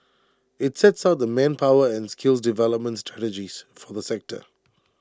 IT sets out the manpower and skills development strategies for the sector